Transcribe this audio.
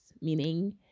meaning